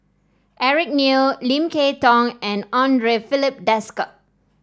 Eric Neo Lim Kay Tong and Andre Filipe Desker